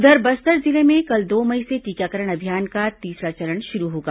उधर बस्तर जिले में कल दो मई से टीकाकरण अभियान का तीसरा चरण शुरू होगा